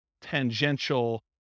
tangential